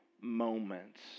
moments